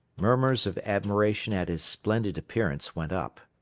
murmurs of admiration at his splendid appearance went up.